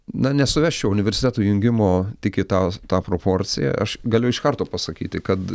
na nesuvesčiau universitetų jungimo tik į tą tą proporciją aš galiu iš karto pasakyti kad